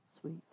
sweet